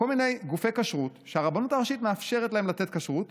כל מיני גופי כשרות שהרבנות הראשית מאפשרת להם לתת כשרות